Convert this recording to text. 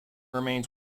remains